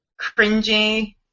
cringy